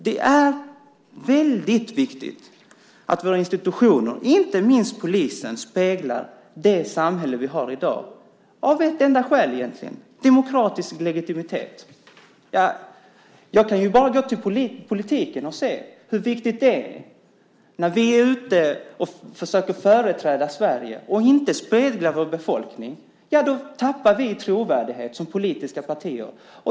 Det är väldigt viktigt att våra institutioner, inte minst polisen, speglar det samhälle vi har i dag, egentligen av ett enda skäl: demokratisk legitimitet. Jag kan bara gå till politiken och se hur viktigt det är när vi är ute och försöker företräda Sverige att vi speglar vår befolkning. Om vi inte gör det tappar vi i trovärdighet som politiska partier.